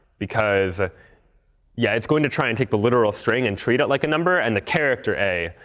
because ah yeah, it's going to try and take the literal string and treat it like a number. and the character a,